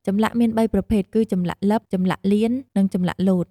ចម្លាក់មាន៣ប្រភេទគឺចម្លាក់លិប ចម្លាក់លៀន និងចម្លាក់លោត។